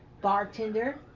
Bartender